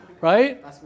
right